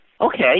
okay